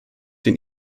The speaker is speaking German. den